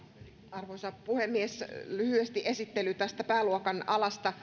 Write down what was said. arvoisa puhemies lyhyesti esittely tästä pääluokan alasta